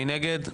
מי נגד?